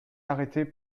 arrêté